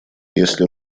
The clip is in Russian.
если